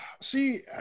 see